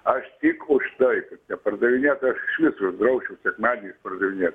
aš tik už tai kad tie pardavinėtojai aš išvis uždrausčiau sekmadieniais pardavinėt